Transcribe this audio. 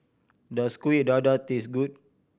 does Kuih Dadar taste good